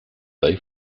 they